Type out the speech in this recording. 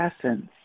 essence